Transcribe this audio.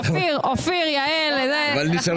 אנחנו מתים